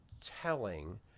telling